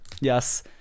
yes